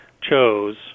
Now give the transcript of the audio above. chose